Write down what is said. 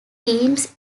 teams